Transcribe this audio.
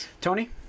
Tony